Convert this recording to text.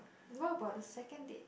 what about the second date